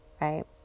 right